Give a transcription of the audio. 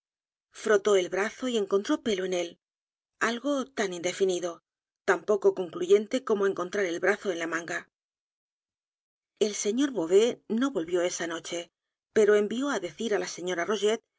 ó el brazo y encontró pelo en él algo tan indefinido tan poco concluyente como encontrar el brazo en la m a n g a el sr beauvais no volvió esa noche pero envió á decir á la señora